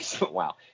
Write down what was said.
Wow